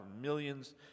Millions